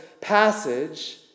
passage